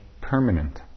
permanent